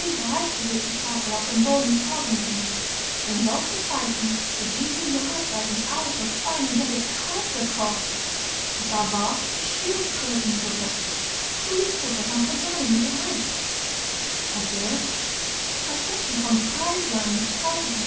reichbesetzte tafel aus dem boden zaubern kann denn solche speisen zu dieser jahreszeit und alles so fein und delikat gekocht da war schildkrötensuppe coulissuppe von fasanen mit reis hors d'oeuvres pastetchen von brießlein mit